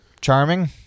charming